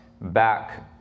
back